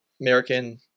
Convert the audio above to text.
American